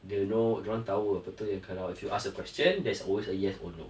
they know dorang tahu yang apa tu if you ask a question there's always a yes or no